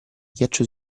ghiaccio